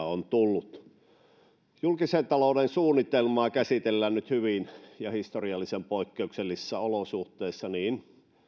on tullut julkisen talouden suunnitelmaa käsitellään nyt hyvin ja historiallisen poikkeuksellisissa olosuhteissa niin